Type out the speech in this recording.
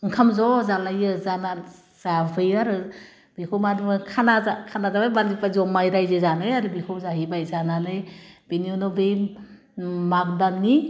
ओंखाम ज' जालाइयो जाना जाफैयो आरो बेखौ मा होन्ना बुङो खाना जा खाना जाबाय बान्दो फाजुयाव माइ रायजो जानाय आरो बेखौ जाहैबाय जानानै बेनि उनाव बै ओम माग दाननि